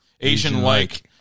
Asian-like